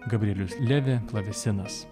gabrielius levi klavesinas